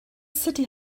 city